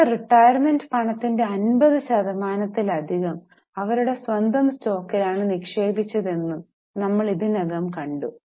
അവരുടെ റിട്ടയർമെന്റ് പണത്തിന്റെ 50 ശതമാനത്തിലധികം അവരുടെ സ്വന്തം സ്റ്റോക്കിലാണ് നിക്ഷേപിച്ചതെന്നും ഞങ്ങൾ ഇതിനകം കണ്ടു